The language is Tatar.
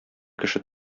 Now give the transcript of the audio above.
кеше